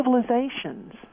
civilizations